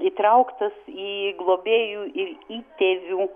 įtrauktas į globėjų ir įtėvių